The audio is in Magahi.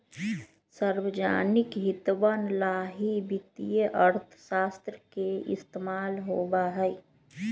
सार्वजनिक हितवन ला ही वित्तीय अर्थशास्त्र के इस्तेमाल होबा हई